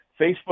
Facebook